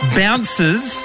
bounces